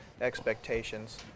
expectations